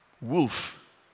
wolf